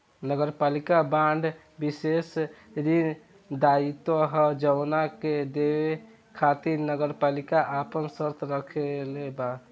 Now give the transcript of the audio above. नगरपालिका बांड विशेष ऋण दायित्व ह जवना के देवे खातिर नगरपालिका आपन शर्त राखले बा